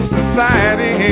society